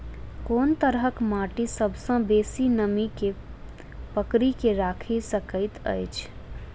कोन तरहक माटि सबसँ बेसी नमी केँ पकड़ि केँ राखि सकैत अछि?